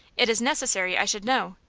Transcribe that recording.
it is necessary i should know!